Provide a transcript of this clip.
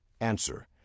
Answer